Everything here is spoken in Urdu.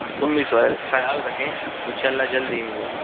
تم بھی سہیل خیال رکھیں ان شاء اللہ جلد ہی ملیں گے